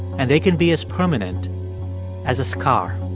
and they can be as permanent as a scar